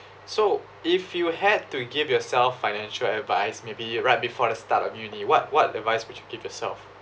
so if you had to give yourself financial advice maybe right before the start of uni what what advice would you give yourself